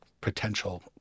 potential